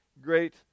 great